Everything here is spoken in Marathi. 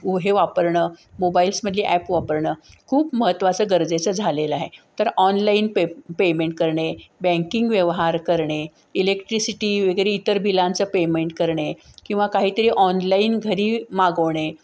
उ हे वापरणं मोबाईल्समधली ॲप वापरणं खूप महत्वाचं गरजेचं झालेलं आहे तर ऑनलाईन पे पेमेंट करणे बँकिंग व्यवहार करणे इलेक्ट्रिसिटी वगैरे इतर बिलांचं पेमेंट करणे किंवा काहीतरी ऑनलाईन घरी मागवणे